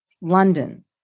London